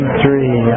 three